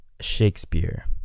shakespeare